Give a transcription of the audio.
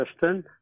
Justin